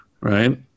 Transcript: right